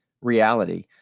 reality